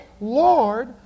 Lord